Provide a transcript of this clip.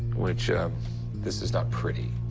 which this is not pretty.